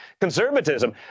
conservatism